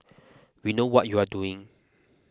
we know what you are doing